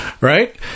Right